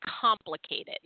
complicated